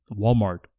Walmart